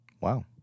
wow